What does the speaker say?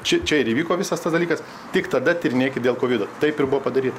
šičia ir įvyko visas tas dalykas tik tada tyrinėkit dėl kovido taip ir buvo padaryta